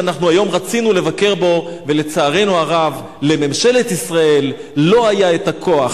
שהיום רצינו לבקר בו ולצערנו הרב לממשלת ישראל לא היו הכוח,